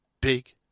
big